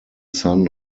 son